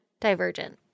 Divergent